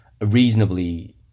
reasonably